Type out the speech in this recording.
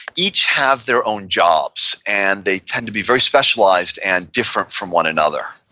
each have their own jobs, and they tend to be very specialized and different from one another